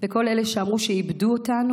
וכל אלה שאמרו שאיבדו אותנו,